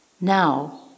Now